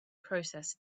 process